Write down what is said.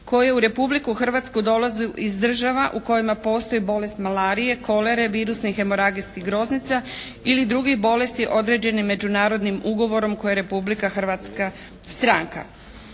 koji u Republiku Hrvatsku dolaze iz država u kojima postoji bolest malarije, kolere, virusnih hemogarigijskih groznica ili drugih bolesti određenih međunarodnim ugovorom koje je Republika Hrvatska stranka.